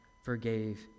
forgave